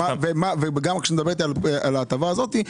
כשאתה מדבר איתי על ההטבה הזאת,